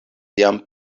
jam